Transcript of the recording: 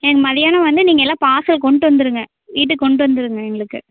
எனக்கு மதியானம் வந்து நீங்கள் எல்லாம் பார்சல் கொண்டு வந்துருங்க வீட்டுக்கு கொண்டு வந்துருங்க எங்களுக்கு